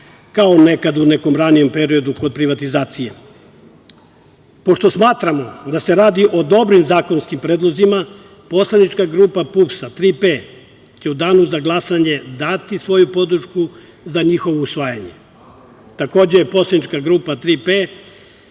kao nekad u nekom ranijem periodu kod privatizacije. Pošto smatramo da se radi o dobrim zakonskim predlozima, poslanička grupa PUPS - „Tri P“ će u danu za glasanje dati svoju podršku za njihovo usvajanje. Takođe, poslanička grupa